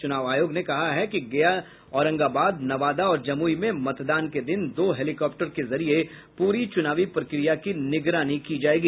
चूनाव आयोग ने कहा है कि गया औरंगाबाद नवादा और जमुई में मतदान के दिन दो हेलीकाप्टरों के जरिये पूरी चुनाव प्रक्रिया की निगरानी की जायेगी